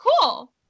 cool